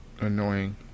annoying